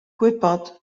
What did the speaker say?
gwybod